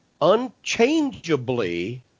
unchangeably